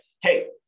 hey